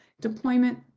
deployment